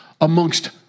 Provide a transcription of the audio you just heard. amongst